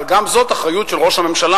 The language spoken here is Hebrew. אבל גם זאת אחריות של ראש הממשלה,